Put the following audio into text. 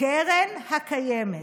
קרן הקיימת.